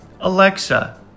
Alexa